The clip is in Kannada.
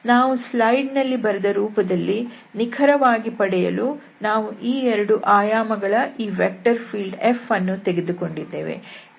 ನಾವು ಸ್ಲೈಡ್ ನಲ್ಲಿ ಬರೆದ ರೂಪದಲ್ಲಿ ನಿಖರವಾಗಿ ಪಡೆಯಲು ನಾವು ಈ ಎರಡು ಆಯಾಮಗಳ ಈ ವೆಕ್ಟರ್ ಫೀಲ್ಡ್ F ಅನ್ನು ತೆಗೆದುಕೊಂಡಿದ್ದೇವೆ